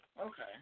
Okay